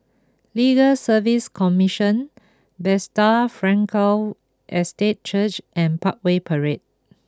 Legal Service Commission Bethesda Frankel Estate Church and Parkway Parade